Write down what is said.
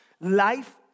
life